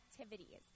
activities